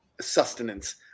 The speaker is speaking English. Sustenance